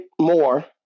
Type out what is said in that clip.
more